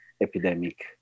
epidemic